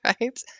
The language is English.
Right